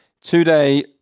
Today